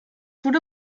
wurde